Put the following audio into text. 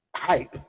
hype